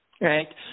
Right